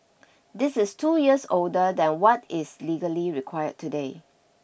this is two years older than what is legally required today